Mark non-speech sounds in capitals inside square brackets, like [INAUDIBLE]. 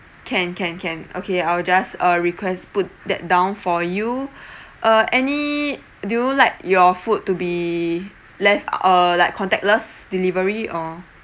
can can can okay I'll just uh request put that down for you [BREATH] uh any do you like your food to be less uh like contactless delivery or